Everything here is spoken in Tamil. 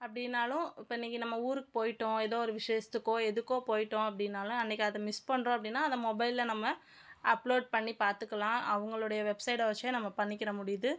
அப்படின்னாலும் இப்போ இன்னைக்கி நம்ம ஊருக்கு போய்விட்டோம் ஏதோ ஒரு விஷேசத்துக்கோ எதுக்கோ போய்விட்டோம் அப்படின்னாலும் அன்னைக்கி அதை மிஸ் பண்ணுறோம் அப்படின்னா அதை மொபைலில் நம்ம அப்லோட் பண்ணி பார்த்துக்கலாம் அவங்களுடைய வெப்சைட்ட வெச்சே நம்ம பண்ணிக்கிற முடியுது